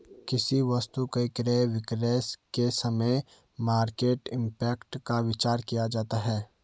किसी वस्तु के क्रय विक्रय के समय मार्केट इंपैक्ट का विचार किया जाता है